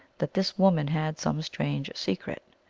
that this woman had some strange secret.